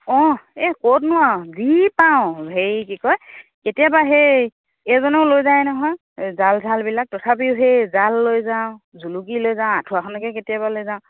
অঁ এই ক'তনো আৰু যি পাওঁ হেৰি কি কয় কেতিয়াবা সেই এইজনেও লৈ যায় নহয় জাল জালবিলাক তথাপিও সেই জাল লৈ যাওঁ জুলুকী লৈ যাওঁ আঠুৱাখনকে কেতিয়াবা লৈ যাওঁ